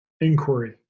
inquiry